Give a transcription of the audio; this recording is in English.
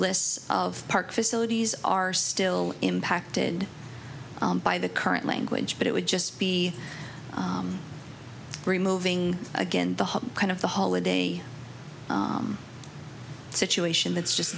lists of park facilities are still impacted by the current language but it would just be removing again the kind of the holiday situation that's just